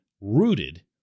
rooted